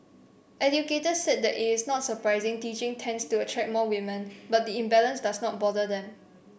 educators said that it is not surprising teaching tends to attract more women but the imbalance does not bother them